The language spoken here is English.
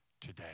today